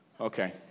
Okay